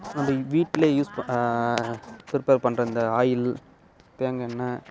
நம்ம வீட்டில் யூஸ் பண்ணுற ப்ரிப்பர் பண்ணுற இந்த ஆயில் தேங்காய் எண்ணெய்